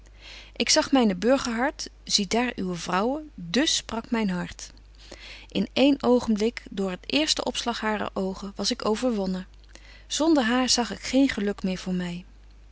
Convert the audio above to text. ik zag myne burgerhart zie daar uwe vrouw dus sprak myn hart in een oogenblik door het eerste opslag harer oogen was ik overwonnen zonder haar zag ik geen geluk meer voor my